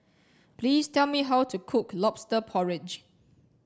please tell me how to cook Lobster Porridge